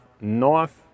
north